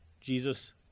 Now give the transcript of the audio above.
Jesus